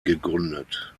gegründet